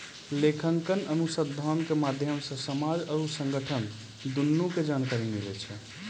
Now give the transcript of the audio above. लेखांकन अनुसन्धान के माध्यम से समाज आरु संगठन दुनू के जानकारी मिलै छै